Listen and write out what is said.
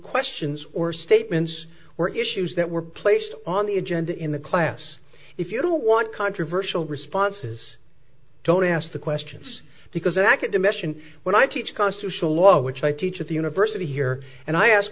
questions or statements or issues that were placed on the agenda in the class if you don't want controversial responses don't ask the questions because academician when i teach constitutional law which i teach at the university here and i ask